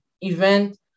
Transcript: event